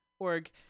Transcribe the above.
org